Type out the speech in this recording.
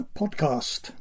podcast